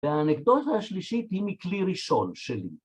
‫והאנקדוטה השלישית ‫היא מכלי ראשון שלי.